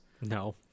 No